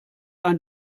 ein